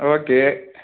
okay